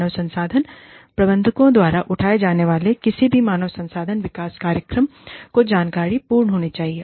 मानव संसाधन प्रबंधकों द्वारा उठाए जाने वाले किसी भी मानव संसाधन विकास कार्यक्रम को जानकारी पूर्ण होना चाहिए